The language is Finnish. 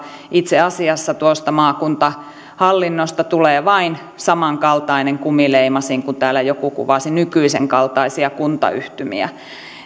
itse asiassa tuosta maakuntahallinnosta tulee vain samankaltainen kumileimasin kuin täällä joku kuvasi nykyisenkaltaisia kuntayhtymiä